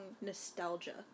nostalgia